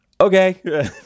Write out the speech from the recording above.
Okay